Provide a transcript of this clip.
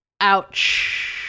ouch